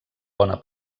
bona